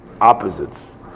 opposites